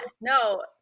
no